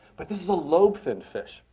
but this is a lobe finned fish.